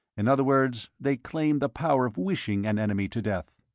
in other words, they claim the power of wishing an enemy to death.